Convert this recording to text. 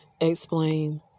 explain